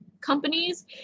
companies